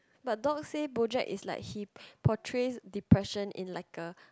but Dorcas say BoJack is like he portrays depression in like a